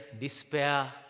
despair